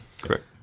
Correct